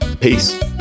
Peace